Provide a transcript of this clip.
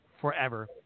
forever